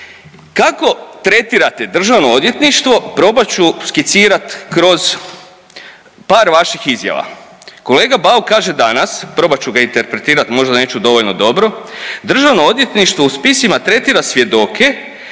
Kako tretirate državno odvjetništvo probat ću skicirat kroz par vaših izjava. Kolega Bauk kaže danas, probat ću ga interpretirat, možda neću dovoljno dobro, državno odvjetništvo u spisima tretira svjedoke